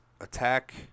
Attack